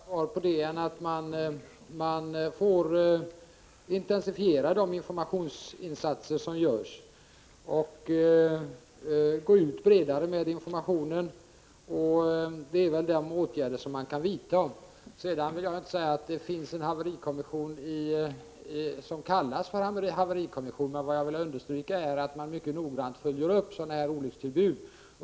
Fru talman! Rent generellt har jag inget annat svar på detta än att man får intensifiera de informationsinsatser som görs och gå ut bredare med informationen. Det är väl de åtgärder som kan vidtas. Jag vill inte säga att det finns en haverikommission som kallas haverikommission, men jag vill understryka att man mycket noggrant följer upp olyckor som har inträffat.